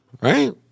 Right